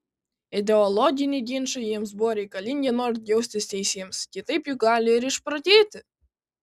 ideologiniai ginčai jiems buvo reikalingi norint jaustis teisiems kitaip juk gali ir išprotėti